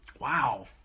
Wow